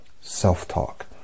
self-talk